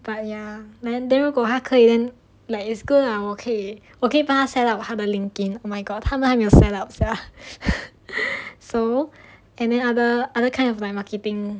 but ya then then 如果他可以 then like it's good lah 我可以我可以帮他 set up 他的 Linkedin oh my god 他们还没有 set out sia so and then other other kind of marketing